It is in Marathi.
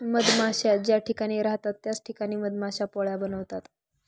मधमाश्या ज्या ठिकाणी राहतात त्याच ठिकाणी मधमाश्या पोळ्या बनवतात